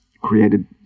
created